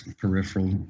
peripheral